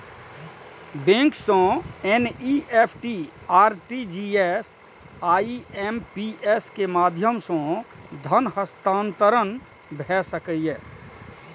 bank सं NEFT, RTGS, IMPS के माध्यम सं धन हस्तांतरण भए सकैए